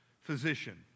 physician